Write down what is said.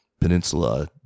Peninsula